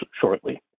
shortly